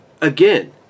again